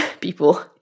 people